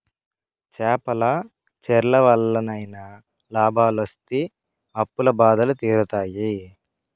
చేపల చెర్ల వల్లనైనా లాభాలొస్తి అప్పుల బాధలు తీరుతాయి